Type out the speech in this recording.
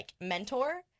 mentor